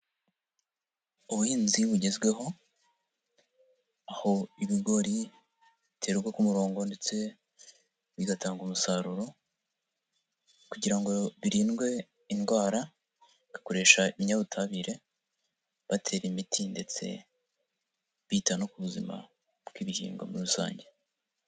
Ubuhinzi bugezweho aho ibigori biterwa ku murongo ndetse bigatanga umusaruro kugira ngo birindwe indwara bakoresha ibinyabutabire batera imiti ndetse bita no ku buzima bw'ibihingwa muri rusange.